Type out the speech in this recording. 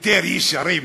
יותר ישרים.